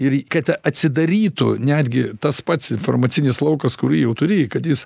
ir kad atsidarytų netgi tas pats informacinis laukas kurį jau turi kad jis